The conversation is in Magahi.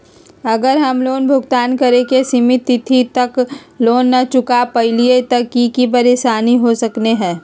अगर हम लोन भुगतान करे के सिमित तिथि तक लोन न चुका पईली त की की परेशानी हो सकलई ह?